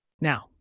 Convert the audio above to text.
Now